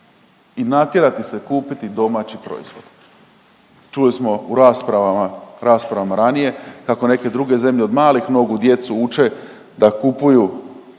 i natjerati se kupiti domaći proizvod. Čuli smo u raspravama, raspravama ranije kako neke druge zemlje od malih nogu djecu uče da kupuju